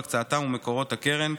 הקצאתם ומקורות הקרן,